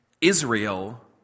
Israel